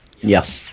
Yes